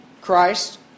Christ